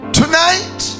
tonight